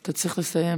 אתה צריך לסיים.